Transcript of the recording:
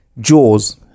Jaws